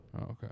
okay